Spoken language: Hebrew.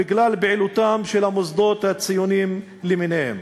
בגלל פעילותם של המוסדות הציוניים למיניהם.